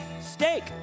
Steak